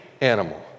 animal